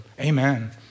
Amen